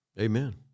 Amen